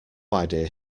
idea